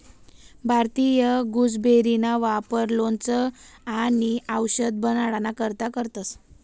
भारतीय गुसबेरीना वापर लोणचं आणि आवषद बनाडाना करता करतंस